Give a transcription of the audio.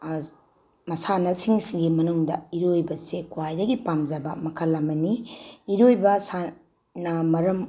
ꯃꯁꯥꯟꯅꯁꯤꯡꯁꯤꯒꯤ ꯃꯅꯨꯡꯗ ꯏꯔꯣꯏꯕꯁꯦ ꯈ꯭ꯋꯥꯏꯗꯒꯤ ꯄꯥꯝꯖꯕ ꯃꯈꯜ ꯑꯃꯅꯤ ꯏꯔꯣꯏꯕ ꯁꯥꯟꯅ ꯃꯔꯝ